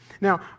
Now